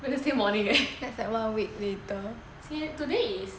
wednesday morning eh today is